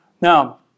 Now